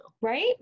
Right